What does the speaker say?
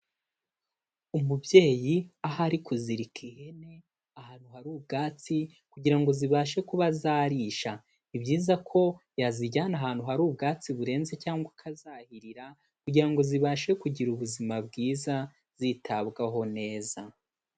Umubyeyi ahari kuzirika ihene ahantu hari ubwatsi kugira ngo zibashe kuba zarisha. Ni byiza ko yazijyana ahantu hari ubwatsi burenze cyangwa akazahirira kugira ngo zibashe kugira ubuzima bwiza zitabwaho neza.